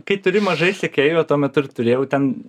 kai turi mažai sekėjų o tuo metu ir turėjau ten